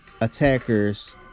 attackers